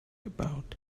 about